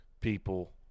people